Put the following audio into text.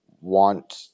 want